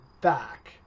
back